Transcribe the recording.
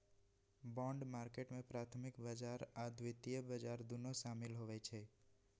bond market में प्राथमिक बजार आऽ द्वितीयक बजार दुन्नो सामिल होइ छइ